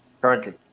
currently